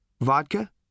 Vodka